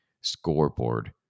scoreboard